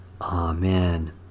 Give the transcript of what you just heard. Amen